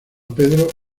pedro